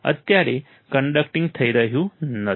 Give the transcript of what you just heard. અત્યારે તે કન્ડક્ટિંગ થઈ રહ્યું નથી